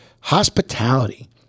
hospitality